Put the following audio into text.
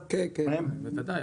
בוודאי,